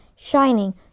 shining